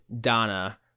Donna